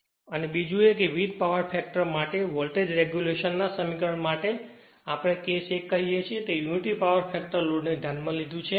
હવે બીજું એ છે કે વિવિધ પાવર ફેક્ટર માટે વોલ્ટેજ રેગ્યુલેશન ના સમીકરણ માટે જેને આપણે કેસ 1 કહીએ છીયે તે યુનિટી પાવર ફેક્ટર લોડને ધ્યાનમાં લીધું છે